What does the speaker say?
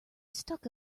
stuck